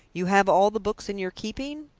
you have all the books in your keeping?